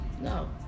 No